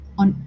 on